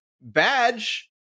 badge